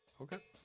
Okay